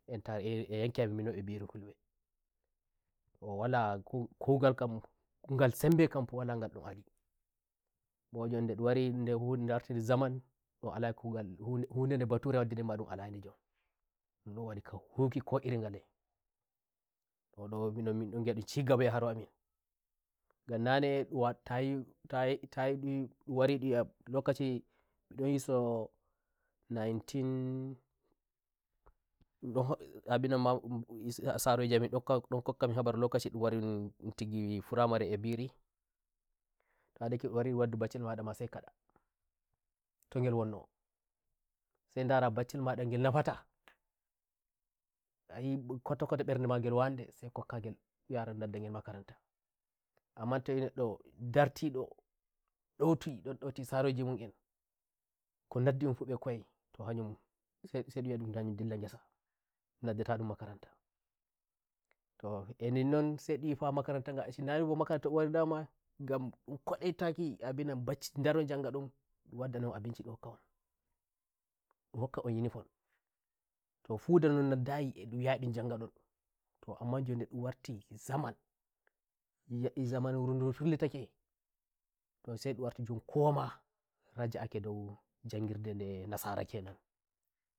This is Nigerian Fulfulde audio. entare yanki amin minon biri fulbeto wala "ku kugal" kamngal sembe kam fu wala ngal ndum alimbo njon nde ndon wari nde hunde wartiri zamanndun ndalayi kugal hun nde nde balurewaddi nden ma ndun ndalayi nde njonndun ndon wadi ga huki ko iri ngaleto minon min ndon ngi'a ndun cigaba e hoje aminngan nane la um abinan ma saroje amin ndon hokka min habar lokaci ndun wari ndun tiggi primary a birito yadake ndun wari ndun waddi baccel mada ma sai kadato ngel wonnosai ndara baccel mada ngel nafataayi kota kota mber nde magel wandesai kokka ngelndun yaragel ndun naddagel makarantaamma toyi neddondarti ndon ndoti ndon ndoti saroje mun enko ndun naddi mbefu mbe kuwaisai ndun wi'a ndun ha nyun ndilla ngesa ndun nadda ta ndun makarantato e ninnon ma sai ndi fa'a makaranta nga gan kodoitaki ndun abinanbacci ndaro njanga ndumndum wadda na on abinci ndun hokka onndun hokka on uniformto fuda non noddayi e ndun nyaha e ndun njanga ndonto amma njon ndum warti zaman zamanuru ndum firlitaketo sai ndun warti njon kowamaraja'ake dou njangir de sara kenan